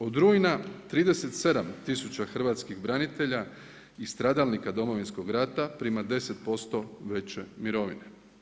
Od rujna, 37 tisuća hrvatskih branitelja i stradalnika Domovinskog rata prima 10% veće mirovine.